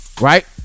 right